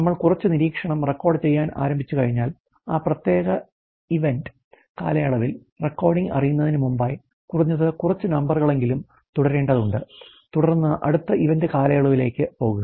നമ്മൾ കുറച്ച് നിരീക്ഷണം റെക്കോർഡുചെയ്യാൻ ആരംഭിച്ചുകഴിഞ്ഞാൽ ആ പ്രത്യേക ഇവന്റ് കാലയളവിൽ റെക്കോർഡിംഗ് അറിയുന്നതിന് മുമ്പായി കുറഞ്ഞത് കുറച്ച് നമ്പറുകളെങ്കിലും തുടരേണ്ടതുണ്ട് തുടർന്ന് അടുത്ത ഇവന്റ് കാലയളവിലേക്ക് പോകുക